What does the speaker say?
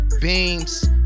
beams